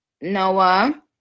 Noah